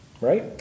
Right